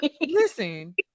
Listen